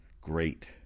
great